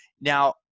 Now